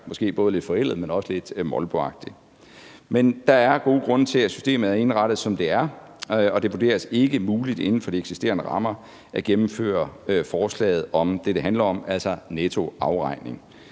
virker lidt forældet, men også lidt molboagtigt. Men der er gode grunde til, at systemet er indrettet, som det er, og det vurderes ikke muligt inden for de eksisterende rammer at gennemføre forslaget om det, det